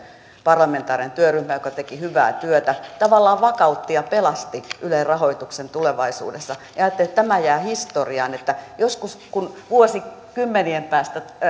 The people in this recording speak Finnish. parlamentaarinen työryhmä joka teki hyvää työtä tavallaan vakautti ja pelasti yle rahoituksen tulevaisuudessa ja ajattelin että tämä jää historiaan että joskus kun vuosikymmenien päästä